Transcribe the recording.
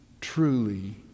truly